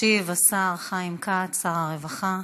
ישיב השר חיים כץ, שר הרווחה.